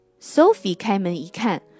Sophie开门一看